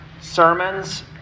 sermons